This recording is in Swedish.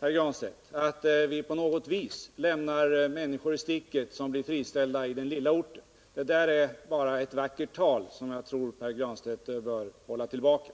Pär Granstedt, att människor som blir friställda i den lilla orten lämnas i sticket på något sätt. Det är ett tal som jag tror Pär Granstedt bör hålla tillbaka.